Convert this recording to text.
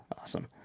Awesome